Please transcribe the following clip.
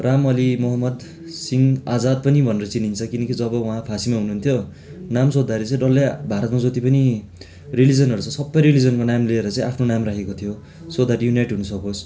राम अलि मोहम्मद सिंह आजात पनि भनेर चिनिन्छ किनकि जब उहाँ फाँसीमा हुनुहुन्थ्यो नाम सोद्धाखेरि चाहिँ डल्लै भारतमा जति पनि रिलिजनहरू छ सबै रिलिजनको नाम लिएर चाहिँ आफ्नो नाम राखेको थियो सो द्याट युनाइट हुन सकोस्